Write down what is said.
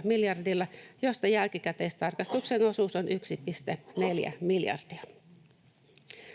2,2 miljardilla, josta jälkikäteistarkastuksen osuus on 1,4 miljardia.